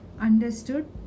Understood